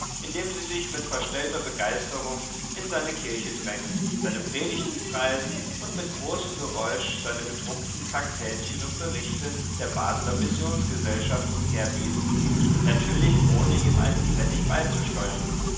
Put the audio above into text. indem sie sich mit verstellter begeisterung in seine kirche drängen seine predigten preisen und mit großem geräusch seine gedruckten traktätchen und berichte der baseler missionsgesellschaft umherbieten natürlich ohne ihm einen pfennig beizusteuern